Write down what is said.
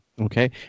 Okay